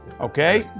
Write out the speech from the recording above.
Okay